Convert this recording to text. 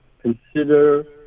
consider